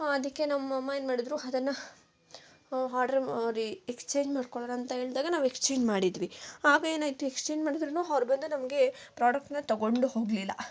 ಅದಕ್ಕೆ ನಮ್ಮಮ್ಮ ಏನ್ಮಾಡಿದ್ರು ಅದನ್ನು ಹಾರ್ಡ್ರ್ ಎಕ್ಸ್ಚೇಂಜ್ ಮಾಡ್ಕೊಳ್ಳೋಣ ಅಂತ ಹೇಳ್ದಾಗ ನಾವು ಎಕ್ಸ್ಚೇಂಜ್ ಮಾಡಿದ್ವಿ ಆಗ ಏನಾಯ್ತು ಎಕ್ಸ್ಚೇಂಜ್ ಮಾಡಿದ್ರೂ ಅವ್ರು ಬಂದು ನಮಗೆ ಪ್ರೋಡಕ್ಟ್ನ ತೊಗೊಂಡು ಹೋಗ್ಲಿಲ್ಲ